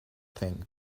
thing